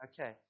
Okay